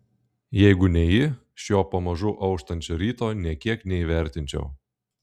jeigu ne ji šio pamažu auštančio ryto nė kiek neįvertinčiau